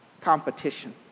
competition